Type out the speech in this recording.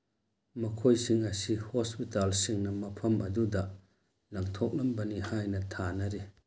ꯃꯈꯣꯏꯁꯤꯡ ꯑꯁꯤ ꯍꯣꯁꯄꯤꯇꯥꯜꯁꯤꯡꯅ ꯃꯐꯝ ꯑꯗꯨꯗ ꯂꯪꯊꯣꯛꯂꯝꯕꯅꯤ ꯍꯥꯏꯅ ꯊꯥꯅꯔꯤ